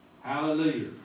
Hallelujah